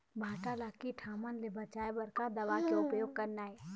भांटा ला कीट हमन ले बचाए बर का दवा के उपयोग करना ये?